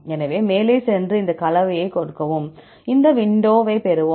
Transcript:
எனவே மேலே சென்று இந்த கலவையை சொடுக்கவும் இந்த விண்டோவை பெறுவோம்